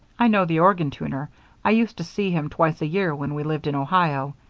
i know the organ tuner i used to see him twice a year when we lived in ohio.